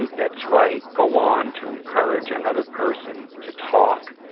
and that's right, go on, to encourage another person to talk,